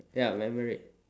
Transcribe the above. ya memory